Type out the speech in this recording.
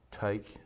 take